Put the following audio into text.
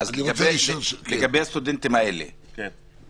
לגבי הסטודנטים לרפואה שלומדים ברחבי העולם.